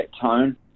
tone